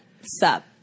sup